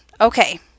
Okay